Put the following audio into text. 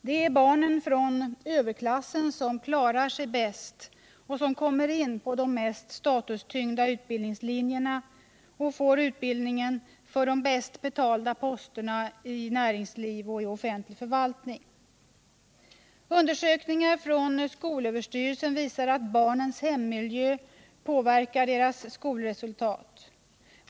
Det är barnen från överklassen som klarar sig bäst och som kommer in på de mest statustyngda utbildningslinjerna och får utbildningen för de bäst betalda posterna i näringsliv och offentlig förvaltning. Undersökningar från skolöverstyrelsen visar att barnens hemmiljö påverkar deras skolresultat.